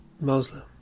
Muslim